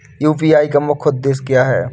UPI का मुख्य उद्देश्य क्या है?